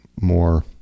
more